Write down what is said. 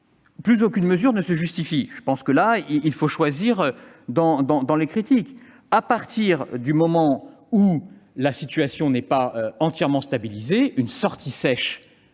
plus aucune mesure ne se justifie. Il faut choisir parmi les critiques : à partir du moment où la situation n'est pas entièrement stabilisée, une sortie sèche